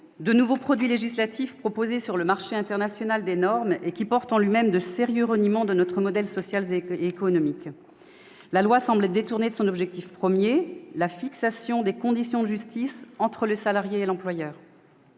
de nouveau « produit législatif » proposé sur le marché international des normes. Il porte de sérieux reniements de notre modèle social et économique. La loi semble détournée de son objectif premier, à savoir la fixation des conditions de justice entre le salarié et l'employeur.